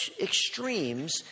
extremes